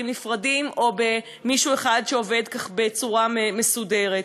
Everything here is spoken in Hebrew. נפרדים או במישהו אחד שעובד בצורה מסודרת.